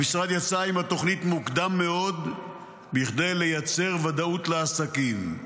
המשרד יצא עם התוכנית מוקדם מאוד בכדי לייצר ודאות לעסקים.